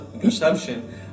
perception